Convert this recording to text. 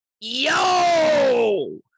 Yo